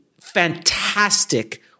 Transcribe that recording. fantastic